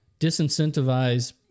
disincentivize